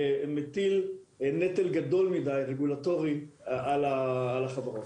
מטיל נטל רגולטורי גדול מדי על החברות.